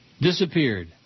Disappeared